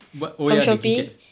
but oh ya the key caps